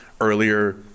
earlier